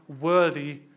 worthy